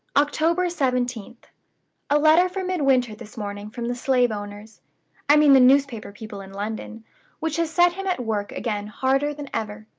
october seventeen a letter for midwinter this morning from the slave-owners i mean the newspaper people in london which has set him at work again harder than ever.